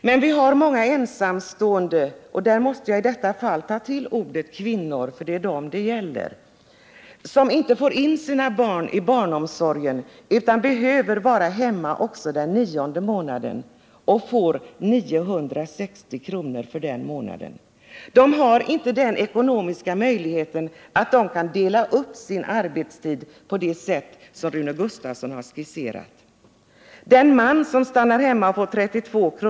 Men vi har många ensamstående — i detta fall måste jag medge att det gäller kvinnor — som inte får in sina barn i barnomsorgen och behöver vara hemma också den nionde månaden, som de får 960 kr. för. De har inte den ekonomiska möjligheten att de kan dela upp sin arbetstid på det sätt som Rune Gustavsson har skisserat. Den man som stannar hemma helt får 32 kr.